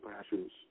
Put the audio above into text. passions